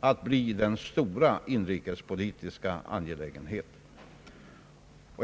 kommer att förbli den stora inrikespolitiska angelägenheten.